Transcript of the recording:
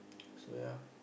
so ya